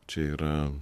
čia yra